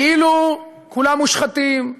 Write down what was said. כאילו כולם מושחתים,